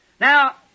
Now